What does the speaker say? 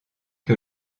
que